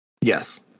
Yes